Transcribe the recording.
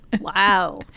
Wow